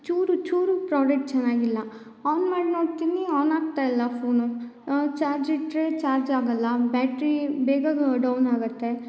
ಚೂರು ಚೂರು ಪ್ರಾಡೆಟ್ ಚೆನ್ನಾಗಿಲ್ಲ ಆನ್ ಮಾಡಿ ನೋಡ್ತೀನಿ ಆನ್ ಆಗ್ತಾಯಿಲ್ಲ ಫೋನು ಚಾರ್ಜ್ ಇಟ್ಟರೆ ಚಾರ್ಜ್ ಆಗೊಲ್ಲ ಬ್ಯಾಟ್ರಿ ಬೇಗ ಡೌನ್ ಆಗುತ್ತೆ